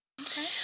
Okay